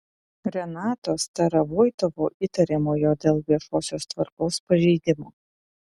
renato starovoitovo įtariamojo dėl viešosios tvarkos pažeidimo